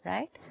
Right